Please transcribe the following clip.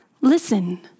Listen